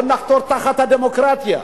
בואו נחתור תחת הדמוקרטיה.